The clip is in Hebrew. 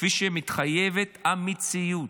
כפי שמחייבת המציאות,